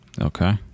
Okay